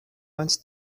wants